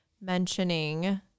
Mentioning